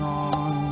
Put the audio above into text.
on